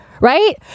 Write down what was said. Right